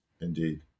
Indeed